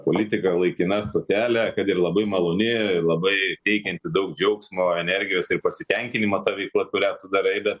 politika laikina stotelė kad ir labai maloni labai teikianti daug džiaugsmo energijos ir pasitenkinimo ta veikla kurią tu darai bet